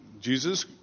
Jesus